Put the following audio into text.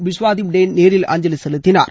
பிஸ்வாதிப்டே நேரில் அஞ்சலி செலுத்தினார்